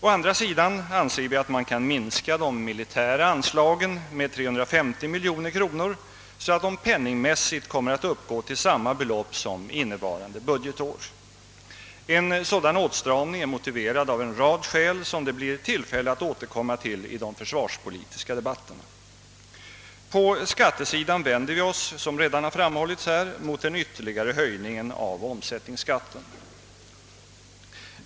Däremot anser vi att man kan minska de militära anslagen med 350 miljoner kronor så att de penningmässigt kommer att uppgå till samma belopp som innevarande budgetår. En sådan åtstramning är motiverad av en rad skäl som det blir tillfälle att återkomma till vid de försvarspolitiska debatterna. På skattesidan vänder vi oss mot den ytterligare höjningen av omsättningsskatten.